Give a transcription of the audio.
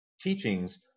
teachings